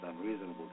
unreasonable